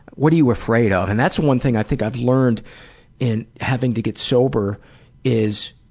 what are you afraid of? and that's one thing i think i've learned in having to get sober is